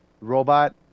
robot